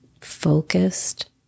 focused